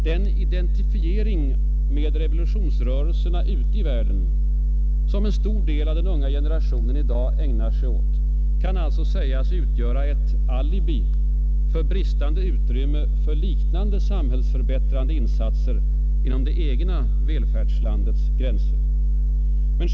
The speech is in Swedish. Den identifiering med revolutionsrörelserna ute i världen som en stor del av den unga generationen i dag ägnar sig åt kan alltså sägas utgöra ett alibi för bristande utrymme för liknande samhällsförändrande insatser inom det egna välfärdslandets gränser.